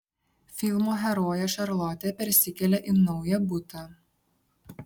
filmo herojė šarlotė persikelia į naują butą